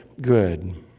good